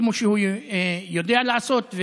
כמו שהוא יודע לעשות,